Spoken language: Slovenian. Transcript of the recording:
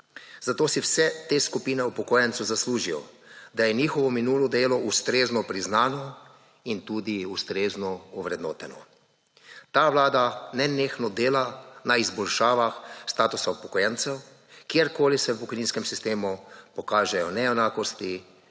zato si vse te skupine upokojencev zaslužijo, da je njihovo minulo delo ustrezno priznano in tudi ustrezno ovrednoteno. Ta Vlada nenehno dela na izboljšavah statusa upokojencev, kjerkoli se v pokojninskem sistem pokažejo neenakosti